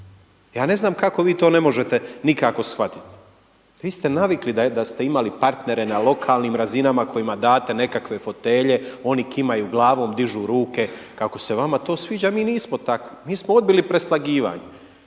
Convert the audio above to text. Ja ne znam kako vi to ne možete nikako shvatiti. Vi ste navikli da ste imali partnere na lokalnim razinama kojima date nekakve fotelje, oni kimaju glavom, dižu ruke kako se vama to sviđa. Mi nismo takvi, mi smo odbili preslagivanje.